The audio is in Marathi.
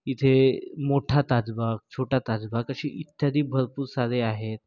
इथे मोठा ताजबाग छोटा ताजबाग अशी इत्यादी भरपूर सारे आहेत